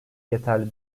yeterli